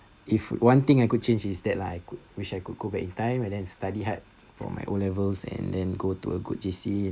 if one thing I could change is that lah I could wish I could go back in time and then study hard for my O levels and then go to a good J_C